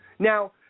Now